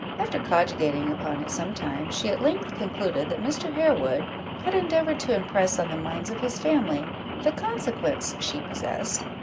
after cogitating upon it some time, she at length concluded that mr. harewood had endeavoured to impress on the minds of his family the consequence she possessed,